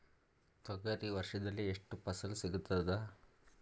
ತೊಗರಿ ವರ್ಷದಲ್ಲಿ ಎಷ್ಟು ಫಸಲ ಸಿಗತದ?